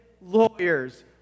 lawyers